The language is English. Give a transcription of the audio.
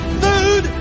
food